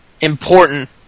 ...important